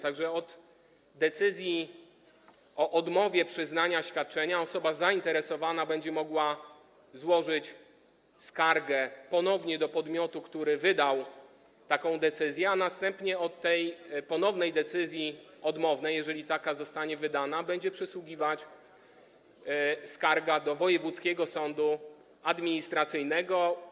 Tak że od decyzji o odmowie przyznania świadczenia osoba zainteresowana będzie mogła złożyć skargę ponownie do podmiotu, który wydał taką decyzję, a następnie od tej ponownej decyzji odmownej, jeżeli taka zostanie wydana, będzie przysługiwać skarga do wojewódzkiego sądu administracyjnego.